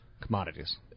Commodities